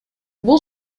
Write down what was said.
бул